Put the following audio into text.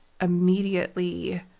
immediately